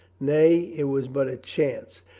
nay, it was but a chance,